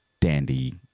dandy